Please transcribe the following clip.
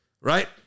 Right